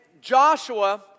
Joshua